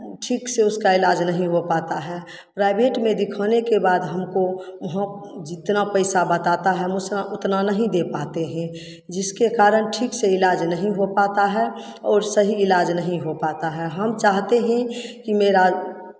ठीक से उसका इलाज नहीं हो पाता है प्राइवेट में दिखाने के बाद हमको वहाँ जितना पैसा बताता है हम उसना उतना नहीं दे पाते हें जिसके कारण ठीक से इलाज नहीं हो पाता है और सही इलाज नहीं हो पाता है हम चाहते हैं कि मेरा